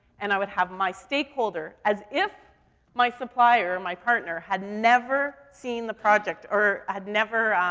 and i would have my stakeholder as if my supplier, or my partner, had never seen the project, er, had never, um,